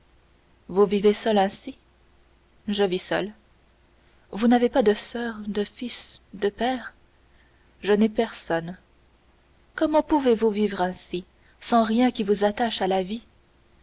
vous vivez seul ainsi je vis seul vous n'avez pas de soeur de fils de père je n'ai personne comment pouvez-vous vivre ainsi sans rien qui vous attache à la vie